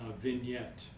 vignette